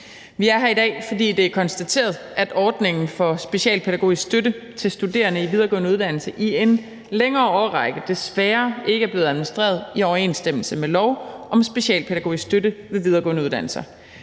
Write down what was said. Vi er her i dag, fordi det er konstateret, at ordningen for specialpædagogisk støtte til studerende i videregående uddannelse i en længere årrække desværre ikke er blevet administreret i overensstemmelse med lov om specialpædagogisk støtte ved videregående uddannelser.